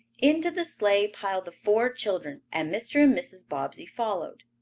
into the sleigh piled the four children, and mr. and mrs. bobbsey followed.